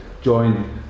join